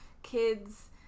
kids